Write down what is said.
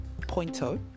pointo